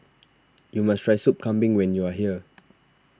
you must try Sup Kambing when you are here